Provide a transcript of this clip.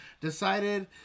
decided